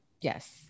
Yes